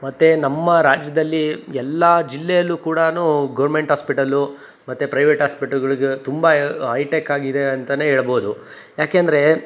ಮತ್ತು ನಮ್ಮ ರಾಜ್ಯದಲ್ಲಿ ಎಲ್ಲ ಜಿಲ್ಲೆಯಲ್ಲೂ ಕೂಡಾ ಗೌರ್ಮೆಂಟ್ ಹಾಸ್ಪೆಟಲ್ಲು ಮತ್ತು ಪ್ರೈವೇಟ್ ಹಾಸ್ಪೆಟ್ಲ್ಗಳಿಗೂ ತುಂಬ ಹೈಟೆಕ್ಕಾಗಿದೆ ಅಂತ ಹೇಳ್ಬೋದು ಯಾಕೆಂದರೆ